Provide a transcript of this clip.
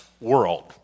world